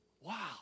Wow